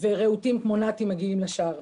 ורהוטים כמו נתי מגיעים לשער.